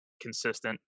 consistent